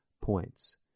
points